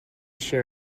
sure